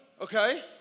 okay